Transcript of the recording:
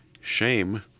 shame